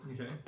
Okay